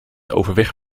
overweg